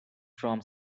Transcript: from